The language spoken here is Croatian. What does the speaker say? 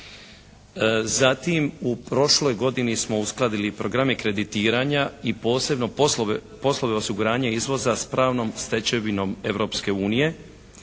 Zatim u prošloj godini smo uskladili i programe kreditiranja i posebno poslove osiguranja izvoza sa pravnom stečevinom